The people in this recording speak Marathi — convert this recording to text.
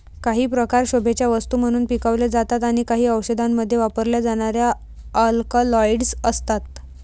काही प्रकार शोभेच्या वस्तू म्हणून पिकवले जातात आणि काही औषधांमध्ये वापरल्या जाणाऱ्या अल्कलॉइड्स असतात